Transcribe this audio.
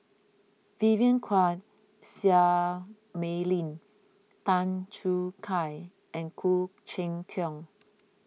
Vivien Quahe Seah Mei Lin Tan Choo Kai and Khoo Cheng Tiong